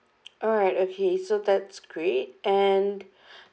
alright okay so that's great and